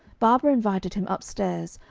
barbara invited him upstairs,